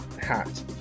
hat